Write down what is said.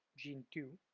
gene two.